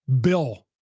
bill